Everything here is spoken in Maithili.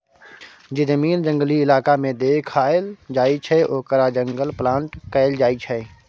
जे जमीन जंगली इलाका में देखाएल जाइ छइ ओकरा जंगल प्लॉट कहल जाइ छइ